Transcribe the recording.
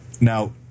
Now